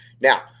Now